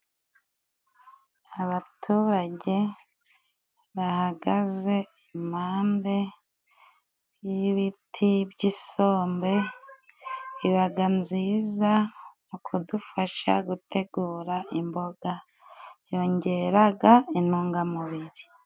Abaturage bahagaze impande y'ibiti by'isombe, ibaga nziza mu kudufasha gutegura imboga. yongeraga intungamubiri.